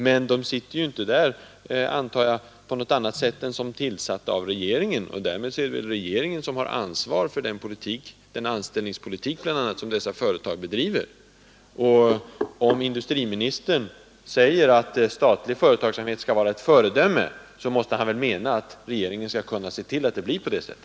Men de sitter där ju som representanter tillsatta av regeringen, och därmed är det väl regeringen som har ansvaret för den anställningspolitik som dessa företag bedriver. När industriministern säger att statliga företag skall vara ett föredöme måste han väl mena att regeringen skall kunna se till att det blir på det sättet.